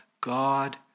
God